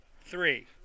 three